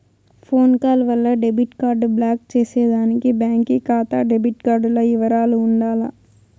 phone call వల్ల debit card block చేసేదానికి బాంకీ కాతా డెబిట్ కార్డుల ఇవరాలు ఉండాల